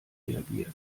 reagiert